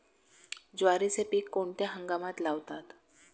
ज्वारीचे पीक कोणत्या हंगामात लावतात?